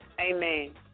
Amen